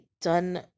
done